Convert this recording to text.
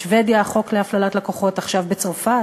בשבדיה, החוק להפללת לקוחות, עכשיו בצרפת.